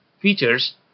features